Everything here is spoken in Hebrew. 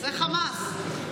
זה חמאס.